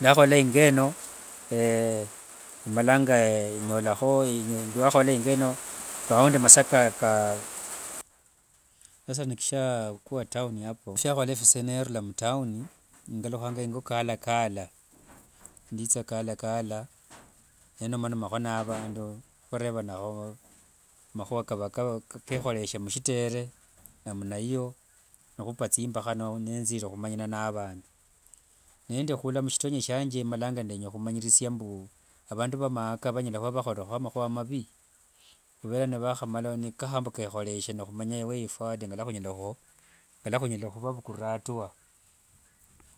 Ndakhola ingo eno, emalanga nyolakho aundi masaa ka. Sasa nikisha kuwa town apo, fiakhola visee nerula mtown, ngalukhanga ingo kalakala. Nditha kalakala nenomanomakho ne vandu khurevanakho makhua kava kekholeshe mushitere, namna hiyo, nekhupa thimbakha nithire khumanyana na vandu. Nendi khula mshitonye shianje, malanga ndenya khumanyirisia mbu, avandu va maaka vanyala khuva nivakholetekho makhua mavi? Khuvera nivakhamala, nikava kekholeshe, nikhumanya way forward ngaluakhanya khuvavukukulrira atua.